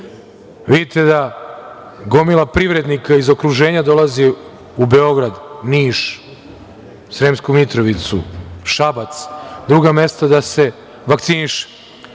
da gomila privrednika iz okruženja dolazi u Beograd, Niš, Sremsku Mitrovicu, Šabac, druga mesta da se vakcinišu.